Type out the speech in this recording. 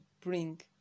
bring